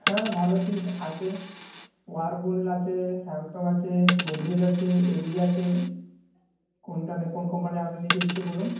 হ্যাঁ ভালো ফ্রিজ আছে ওয়ার্লপুল আছে স্যামসং আছে গোদরেজ আছে এল জি আছে কোনটা কোন কোম্পানি আপনি নিতে ইচ্ছুক বলুন